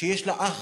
שיש לה אח